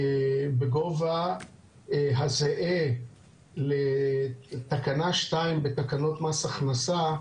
בגובה הזהה לתקנה 2 בתקנות מס הכנסה,